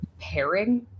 pairing